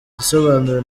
igisobanuro